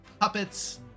Puppets